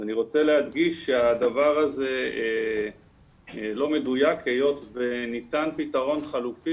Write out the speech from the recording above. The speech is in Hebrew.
אני רוצה להדגיש שהדבר הזה לא מדויק היות וניתן פתרון חלופי